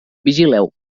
vigileu